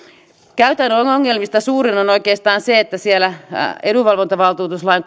käytännön ongelmista suurin on oikeastaan se että siellä edunvalvontavaltuutuslain